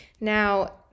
Now